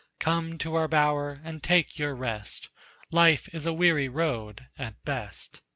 come to our bower and take your rest life is a weary road at best.